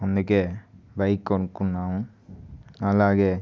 అందుకే బైక్ కొనుక్కున్నాము అలాగే